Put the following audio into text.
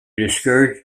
discourage